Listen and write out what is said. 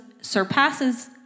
surpasses